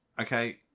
okay